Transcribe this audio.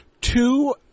two